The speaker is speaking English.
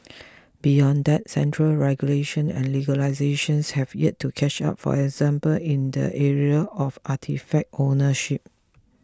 beyond that central regulation and legislations have yet to catch up for example in the area of artefact ownership